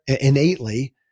innately